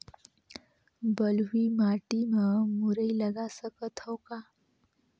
बलुही माटी मे मुरई लगा सकथव का?